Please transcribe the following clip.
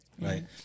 Right